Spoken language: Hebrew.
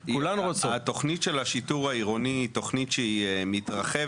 התוכנית של השיטור העירוני היא תוכנית שמתרחבת,